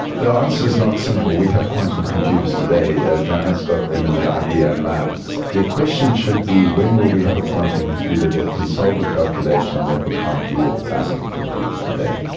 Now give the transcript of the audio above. the answer is not simple. we have quantum computers today, joanna has got them in the ibm labs. the question should be when will we have a quantum computer that can solve a calculation that we can't do with a classical computer today?